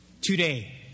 today